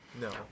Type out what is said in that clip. No